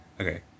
Okay